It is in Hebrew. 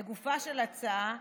לגופה של ההצעה,